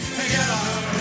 together